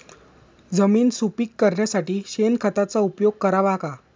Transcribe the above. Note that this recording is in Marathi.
जमीन सुपीक करण्यासाठी शेणखताचा उपयोग करावा का?